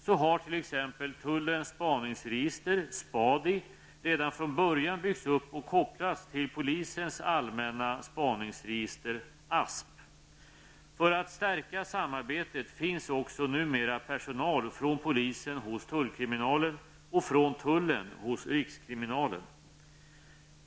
Så har t.ex. tullens spaningsregister, SPADI, redan från början byggts upp och kopplats till polisens allmänna spaningsregister, ASP. För att stärka samarbetet finns också numera personal från polisen hos till kriminalen och från tullen hos rikskriminalen.